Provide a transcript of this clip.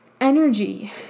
energy